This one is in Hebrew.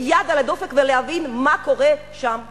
יד על הדופק ולהבין מה קורה שם בחוץ.